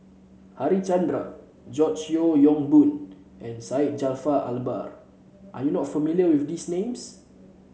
Harichandra George Yeo Yong Boon and Syed Jaafar Albar are you not familiar with these names